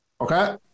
Okay